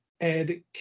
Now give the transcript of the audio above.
Ed